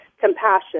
Compassion